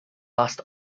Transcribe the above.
last